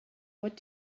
what